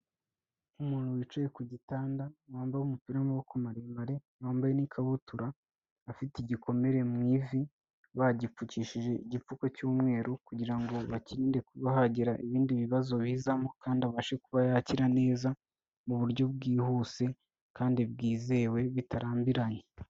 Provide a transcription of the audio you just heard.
Umuntu wicaye ku gitanda, wambaye umupira w'amaboko maremare, wambaye n'ikabutura, afite igikomere mu ivi, bagipfukishije igipfuka cy'umweru kugira ngo bakirinde kuba hagira ibindi bibazo bizamo, kandi abashe kuba yakira neza mu buryo bwihuse kandi bwizewe bitarambiranye.